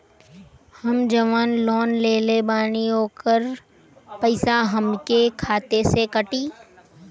हम जवन लोन लेले बानी होकर पैसा हमरे खाते से कटी?